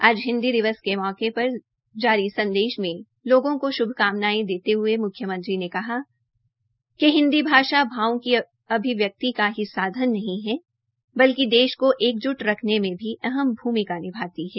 आज हिन्दी दिवस के मौके पर जारी संदेश मे लोगों को श्भकामनायें देते हये म्ख्यमंत्री ने कहा कि हिन्दी भाषा भावों की अभिव्यक्ति का ही साधन नहीं है बल्कि देश को एकज्ट रखने मे भी अहम भमिका निभाती है